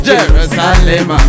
Jerusalem